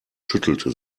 schüttelte